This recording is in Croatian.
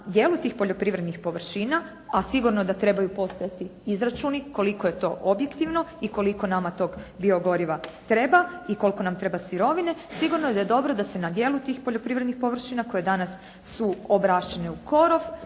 na dijelu tih poljoprivrednih površina a sigurno da trebaju postojati izračuni koliko je to objektivno i koliko nama tog biogoriva treba i koliko nam treba sirovine, sigurno da je dobro da se na djelu tih poljoprivrednih površina koje danas su obrašćene u korov